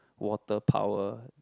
water power